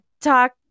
talk